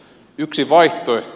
yksi vaihtoehto